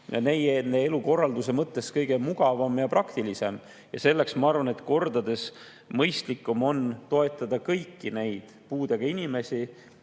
on neile elukorralduse mõttes kõige mugavam ja praktilisem. Ma arvan, et kordades mõistlikum on toetada kõiki puuetega inimesi,